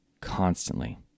constantly